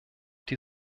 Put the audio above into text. die